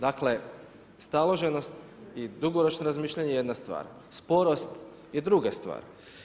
Dakle staloženost i dugoročno razmišljanje je jedna stvar, sporost je druga stvar.